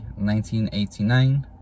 1989